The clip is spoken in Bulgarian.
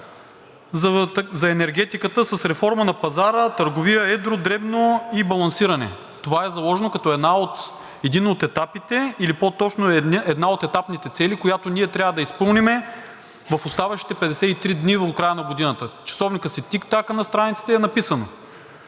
за енергетиката с реформа на пазара, търговия – едро, дребно и балансиране. Това е заложено като един от етапите, или по-точно една от етапните цели, която ние трябва да изпълним в оставащите 53 дни до края на годината. Часовникът си тиктака. На страницата е написано.